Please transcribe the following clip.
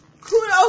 kudos